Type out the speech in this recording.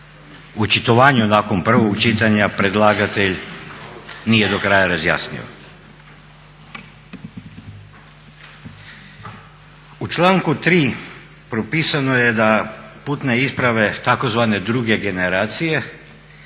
u očitovanju nakon prvog čitanja predlagatelj nije do kraja razjasnio. U članku 3. propisano je da putne isprave tzv. druge generacije